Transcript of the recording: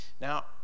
Now